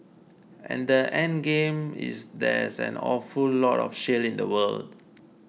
and the endgame is there's an awful lot of shale in the world